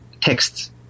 texts